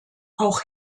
auch